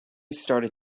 started